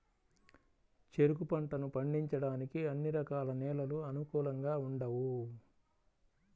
చెరుకు పంటను పండించడానికి అన్ని రకాల నేలలు అనుకూలంగా ఉండవు